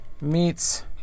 meats